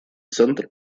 центр